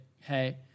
hey